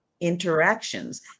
interactions